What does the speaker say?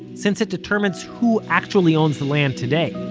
since it determines who actually owns the land today,